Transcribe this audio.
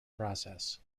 process